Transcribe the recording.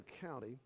County